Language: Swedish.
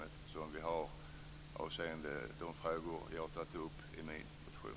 Jag tror att de även undrar över de frågor som jag har tagit upp i min motion.